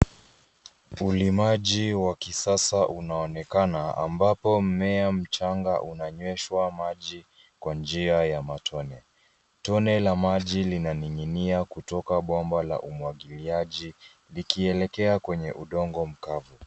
Ulimaji wa kisasa unaonekana, ambapo mmea mchanga unanyweshwa maji kwa njia ya matone. Tone la maji linaning'inia kutoka bomba la umwagiliaji, likielekea kwenye udongo mkavu.